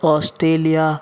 Australia